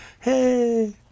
Hey